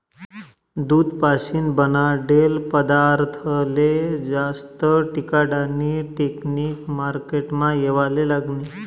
दूध पाशीन बनाडेल पदारथस्ले जास्त टिकाडानी टेकनिक मार्केटमा येवाले लागनी